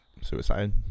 suicide